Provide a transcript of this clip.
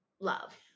love